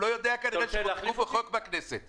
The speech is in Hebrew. הוא לא יודע שחוקקו חוק בכנסת,